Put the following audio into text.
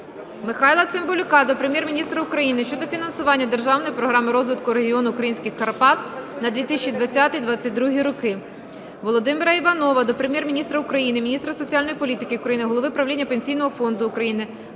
Михайла Цимбалюка до Прем'єр-міністра України щодо фінансування Державної програми розвитку регіону українських Карпат на 2020-2022 роки. Володимира Іванова до Прем'єр-міністра України, міністра соціальної політики України, голови правління Пенсійного фонду України